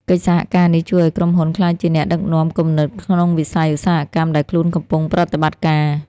កិច្ចសហការនេះជួយឱ្យក្រុមហ៊ុនក្លាយជាអ្នកដឹកនាំគំនិតក្នុងវិស័យឧស្សាហកម្មដែលខ្លួនកំពុងប្រតិបត្តិការ។